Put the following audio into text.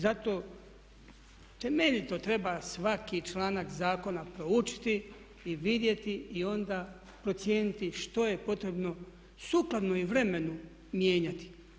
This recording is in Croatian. Zato temeljito treba svaki članak zakona proučiti i vidjeti i onda procijeniti što je potrebno sukladno i vremenu i mijenjati.